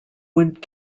wood